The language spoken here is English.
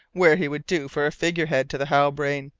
where he would do for a figurehead to the halbrane,